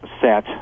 set